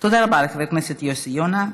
תודה רבה לחבר הכנסת יוסי יונה.